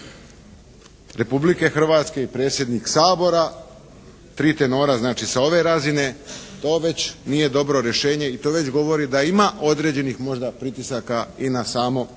Republike Hrvatske i predsjednik Sabora, tri tenora znači sa ove razine to već nije dobro rješenje i to već govori da ima određenih možda pritisaka i na samo Državno